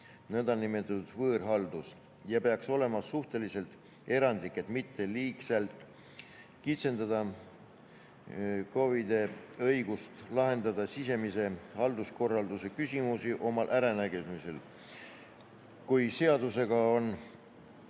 (nn võõrhaldus) ja peaks olema suhteliselt erandlik, et mitte liigselt kitsendada KOV-ide õigust lahendada sisemise halduskorralduse küsimusi omal äranägemisel. Kui seadusega on